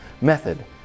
method